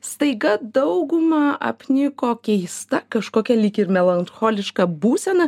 staiga daugumą apniko keista kažkokia lyg ir melancholiška būsena